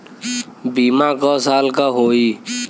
बीमा क साल क होई?